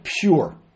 pure